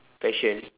fashion